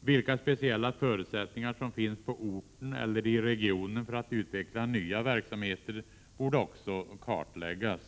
Vilka speciella förutsättningar som finns på orten eller i regionen för att utveckla nya verksamheter borde också kartläggas.